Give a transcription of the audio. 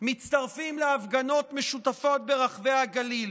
מצטרפים להפגנות משותפות ברחבי הגליל.